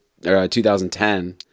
2010